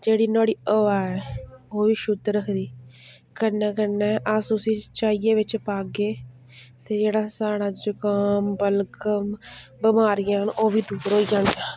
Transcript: जेह्ड़ी नुहाड़ी हवा ऐ ओह् बी शुद्ध रखदी कन्नै कन्नै अस उसी चाहियै बिच्च पाह्गे ते जेह्ड़ा साढ़ा जुकाम बलगम बमारियां न ओह् बी दूर होई जांदियां